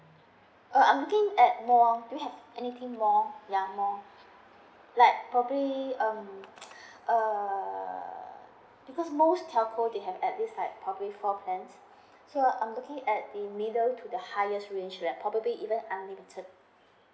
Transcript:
uh I'm looking at more do you have anything more ya more like probably um uh because most telco they have at least like probably five range so I'm looking at the middle to the highest range that probably even unlimited